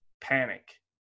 panic